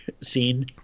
scene